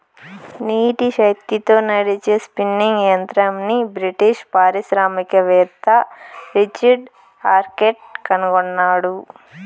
నీటి శక్తితో నడిచే స్పిన్నింగ్ యంత్రంని బ్రిటిష్ పారిశ్రామికవేత్త రిచర్డ్ ఆర్క్రైట్ కనుగొన్నాడు